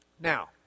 Now